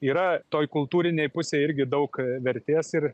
yra toj kultūrinėj pusėj irgi daug vertės ir